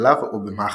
בכליו או במאכלו.